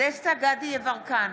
דסטה גדי יברקן,